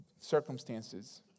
circumstances